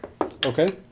Okay